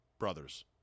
Brothers